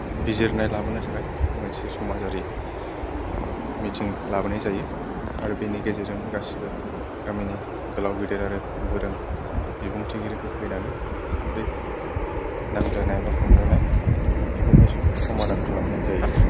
बिजिरनाय लाबोनो थाखाय मोनसे समाजारि मिथिं लाबोनाय जायो आरो बेनि गेजेरजोंनो गासैबो गामिनि गोलाव गिदिर आरो गोरों बिबुंथिगिरिफोर फैनानै बे नांज्लानाय बा खमलायनाय बेखौहाय समाधान खालामनाय जायो